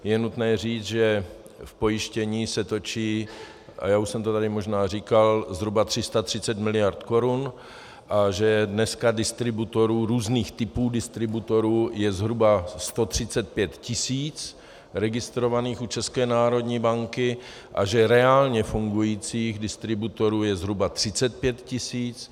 Je nutné říct, že v pojištění se točí, a já už jsem to tady možná říkal, zhruba 330 mld. korun a že dneska různých typů distributorů je zhruba 135 tis. registrovaných u České národní banky a že reálně fungujících distributorů je zhruba 35 tis.